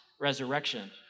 resurrection